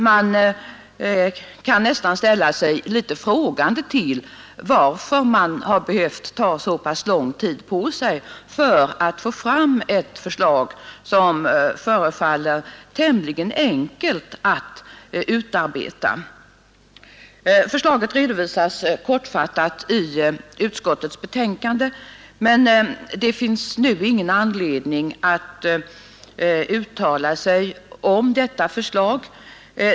Man kan nästan ställa sig litet frågande till varför riksrevisionsverket behövt ta så lång tid på sig för att arbeta fram ett förslag som nu förefaller vara tämligen enkelt att utarbeta. Förslaget redovisas kortfattat i utskottsbetänkandet, men det finns nu ingen anledning att uttala sig om detta förslag.